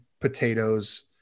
potatoes